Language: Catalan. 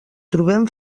trobem